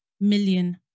million